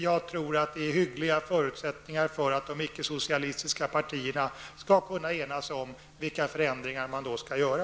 Jag tror att det finns hyggliga förutsättningar för att de icke-socialistiska partierna skall kunna enas om vilka förändringar man i så fall skall göra.